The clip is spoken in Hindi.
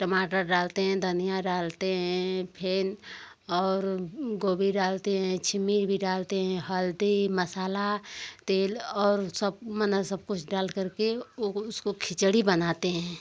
टमाटर डालते हैं धनयाँ डालते हैं फिर और गोभी डालते हैं चिम्मी भी डालते हैं हल्दी मसाला तेल और सब माने सब कुछ डाल कर के वो उसको खिचड़ी बनाते हैं